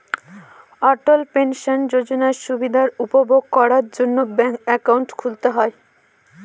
অটল pension যোজনার সুবিধা উপভোগ করার জন্য ব্যাঙ্ক একাউন্ট খুলতে হয়